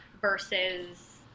versus